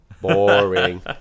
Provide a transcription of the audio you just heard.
boring